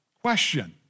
question